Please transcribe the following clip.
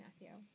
Matthew